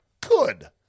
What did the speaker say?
good